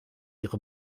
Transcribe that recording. ihre